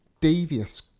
devious